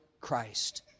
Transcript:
Christ